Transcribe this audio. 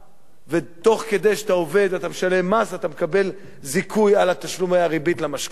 ותוך כדי שאתה עובד ומשלם מס אתה מקבל זיכוי על תשלומי הריבית למשכנתה.